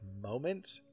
moment